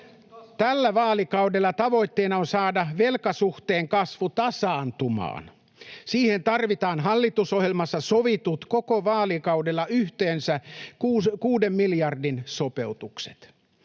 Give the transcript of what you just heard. Tällä vaalikaudella tavoitteena on saada velkasuhteen kasvu tasaantumaan. Siihen tarvitaan hallitusohjelmassa sovitut, koko vaalikaudella yhteensä kuuden miljardin sopeutukset.